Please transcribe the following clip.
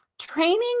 Training